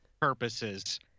purposes